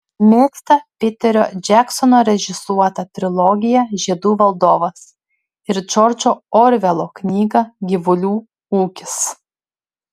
mėgsta piterio džeksono režisuotą trilogiją žiedų valdovas ir džordžo orvelo knygą gyvulių ūkis